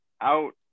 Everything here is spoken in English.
out